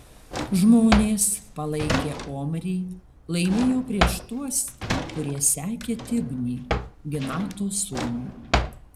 žmonės palaikę omrį laimėjo prieš tuos kurie sekė tibnį ginato sūnų